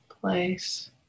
place